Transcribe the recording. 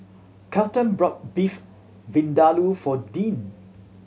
Kelton bought Beef Vindaloo for Dean